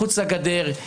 מחוץ לגדר,